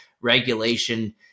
regulation